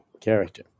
character